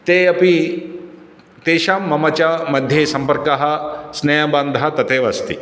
ते अपि तेषां मम च मध्ये सम्पर्कः स्नेहबन्धः तथैव अस्ति